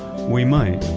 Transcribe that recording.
we might.